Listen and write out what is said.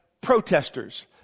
protesters